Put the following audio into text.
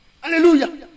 hallelujah